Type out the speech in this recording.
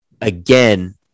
again